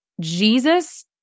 Jesus